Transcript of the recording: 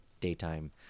daytime